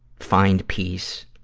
find peace,